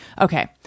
Okay